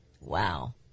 Wow